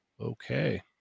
okay